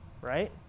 right